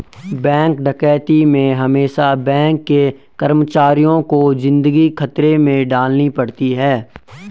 bank डकैती में हमेसा बैंक के कर्मचारियों को जिंदगी खतरे में डालनी पड़ती है